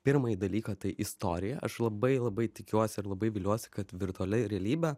pirmąjį dalyką tai istoriją aš labai labai tikiuosi ir labai viliuosi kad virtualiai realybė